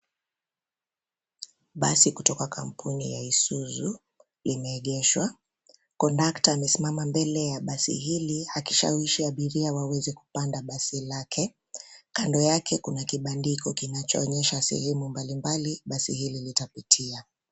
Basi kutoka kampuni ya Isuzu limeegeshwa. Kondakta amesimama mbele ya basi hili akishawishi abiria waweze kupanda basi lake. Kando yake kuna kibandiko kinachoonyesha sehemu mbalimbali basi hili litapitia.